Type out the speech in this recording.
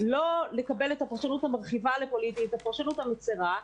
לא לקבל את הפרשנות המרחיבה ל"פוליטי" אלא את הפרשנות הצרה,